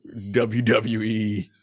WWE